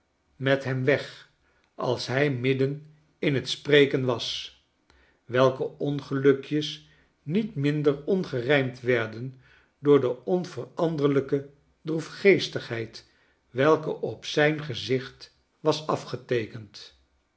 met hem weg als hij midden in het spreken was welke ongelukjes niet minder ongerijmd werden door de onveranderlyke droefgeestigheid welke op zijn gezicht was afgeteekend